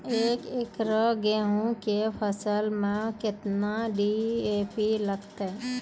एक एकरऽ गेहूँ के फसल मे केतना डी.ए.पी लगतै?